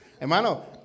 Hermano